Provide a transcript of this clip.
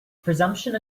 presumption